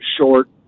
short